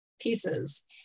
pieces